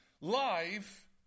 life